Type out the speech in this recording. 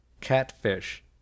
catfish